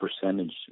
percentage